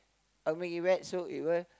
I will make it wet so it will